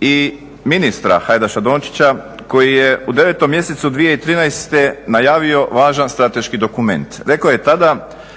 i ministra Hajdaša Dončića koji je u 9. mjesecu 2013. najavio važan strateški dokument. Rekao je tada: